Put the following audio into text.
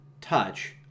touch